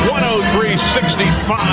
103-65